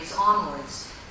onwards